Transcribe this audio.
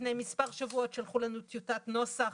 לפני מספר שבועות שלחו לנו טיוטת נוסח,